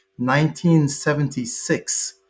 1976